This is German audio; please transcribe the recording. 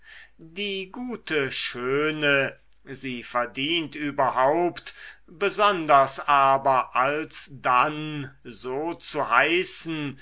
die gute schöne sie verdient überhaupt besonders aber alsdann so zu heißen